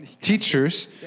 teachers